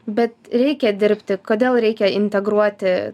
bet reikia dirbti kodėl reikia integruoti